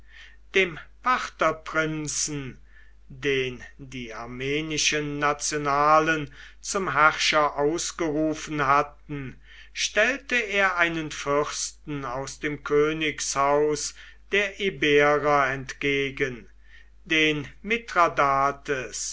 dem partherprinzen den die armenischen nationalen zum herrscher ausgerufen hatten stellte er einen fürsten aus dem königshaus der iberer entgegen den